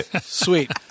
sweet